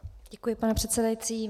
Děkuji, pane předsedající.